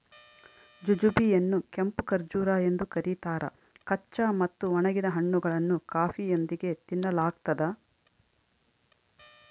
jujube ಯನ್ನುಕೆಂಪು ಖರ್ಜೂರ ಎಂದು ಕರೀತಾರ ಕಚ್ಚಾ ಮತ್ತು ಒಣಗಿದ ಹಣ್ಣುಗಳನ್ನು ಕಾಫಿಯೊಂದಿಗೆ ತಿನ್ನಲಾಗ್ತದ